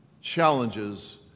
challenges